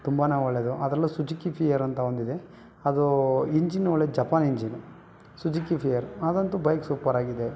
ತುಂಬನೇ ಒಳ್ಳೆದು ಅದರಲ್ಲೂ ಸುಜುಕಿ ಫಿಯರ್ ಅಂತ ಒಂದಿದೆ ಅದು ಇಂಜಿನ್ ಒಳ್ಳೆ ಜಪಾನ್ ಇಂಜಿನು ಸುಜುಕಿ ಫಿಯರ್ ಅದಂತೂ ಬೈಕ್ ಸೂಪರ್ ಆಗಿದೆ